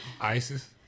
Isis